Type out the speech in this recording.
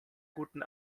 guten